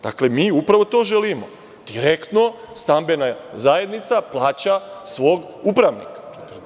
Dakle, mi upravo to želimo - direktno, stambena zajednica plaća svog upravnika.